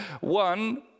one